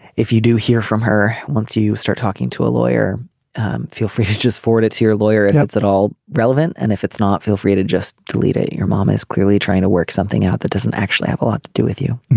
if you do hear from her once you you start talking to a lawyer feel free he's just for it it's your lawyer it helps at all relevant and if it's not feel free to just delete it. your mom is clearly trying to work something out that doesn't actually have a lot to do with you